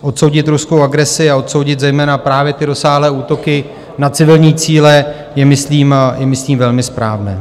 Odsoudit ruskou agresi, a odsoudit zejména právě rozsáhlé útoky na civilní cíle je myslím velmi správné.